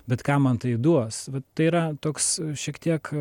bet ką man tai duos vat tai yra toks šiek tiek